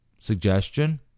suggestion